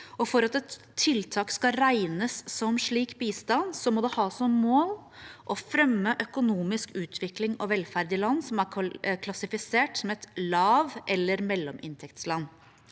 For at et tiltak skal regnes som slik bistand, må det ha som mål å fremme økonomisk utvikling og velferd i land som er klassifisert som et lav- eller mellominntektsland.